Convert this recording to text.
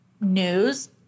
news